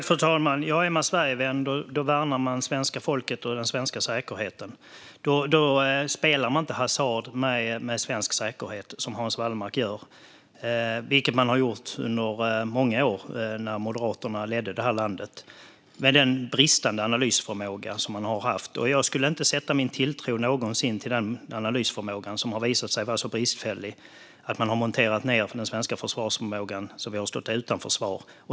Fru talman! Är man Sverigevän värnar man svenska folket och den svenska säkerheten. Då spelar man inte hasard med svensk säkerhet, som Hans Wallmark gör. Det har man gjort under många år när Moderaterna ledde detta land, med den bristande analysförmåga som man har haft. Jag skulle aldrig någonsin sätta min tilltro till denna analysförmåga som har visat sig vara så bristfällig att man har monterat ned den svenska försvarsförmågan, så att vi har stått utan försvar.